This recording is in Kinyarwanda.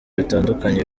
bitandukanye